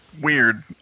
weird